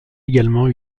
également